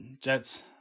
Jets